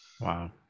Wow